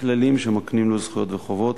כללים שמקנים לו זכויות וחובות,